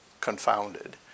confounded